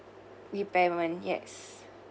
repairment yes